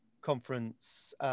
conference